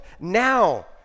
now